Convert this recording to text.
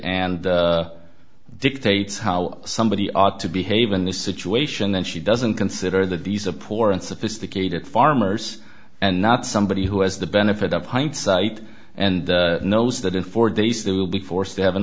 and dictates how somebody ought to behave in this situation then she doesn't consider that these are poor and sophisticated farmers and not somebody who has the benefit of hindsight and knows that in four days there will be forced to have an